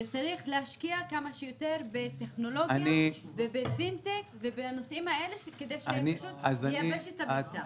וצריך להשקיע כמה שיותר בטכנולוגיה ובנושאים האלה כדי לייבש את הביצה.